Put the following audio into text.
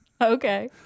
okay